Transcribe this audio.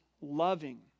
loving